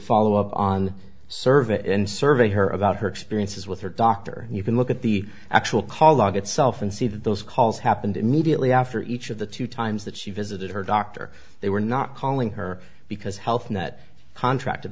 follow up on survey and survey her about her experiences with her doctor you can look at the actual call log itself and see that those calls happened immediately after each of the two times that she visited her doctor they were not calling her because health net contracted